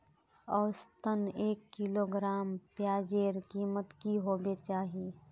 औसतन एक किलोग्राम प्याजेर कीमत की होबे चही?